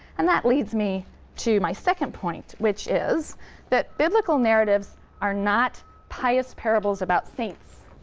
and that leads me to my second point, which is that biblical narratives are not pious parables about saints.